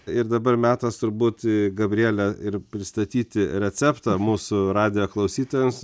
ir dabar metas turbūt gabriele ir pristatyti receptą mūsų radijo klausytojams